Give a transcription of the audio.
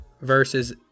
versus